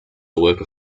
worked